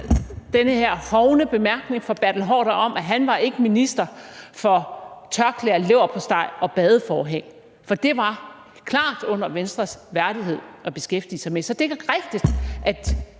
den her hovne bemærkning fra Bertel Haarder om, at han ikke var minister for tørklæder, leverpostej og badeforhæng, for det var klart under Venstres værdighed at beskæftige sig med. Så det er rigtigt, at